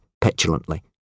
petulantly